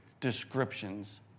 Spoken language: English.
Descriptions